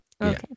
Okay